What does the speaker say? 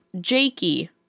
Jakey